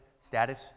status